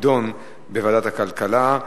תידון בוועדת הכלכלה.